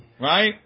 right